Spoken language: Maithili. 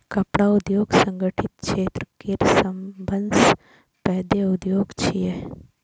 कपड़ा उद्योग संगठित क्षेत्र केर सबसं पैघ उद्योग छियै